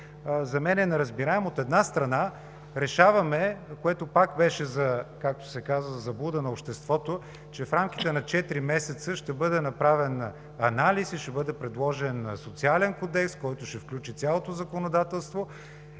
за мен е неразбираем. От една страна, решаваме, което как беше, както се казва, за заблуда на обществото, че в рамките на четири месеца ще бъде направен анализ и ще бъде предложен социален кодекс, който ще включи цялото законодателство